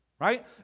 Right